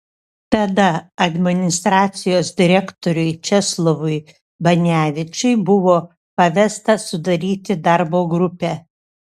tada administracijos direktoriui česlovui banevičiui buvo pavesta sudaryti darbo grupę